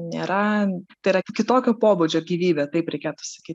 nėra tai yra kitokio pobūdžio gyvybė taip reikėtų sakyt